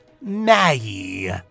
Maggie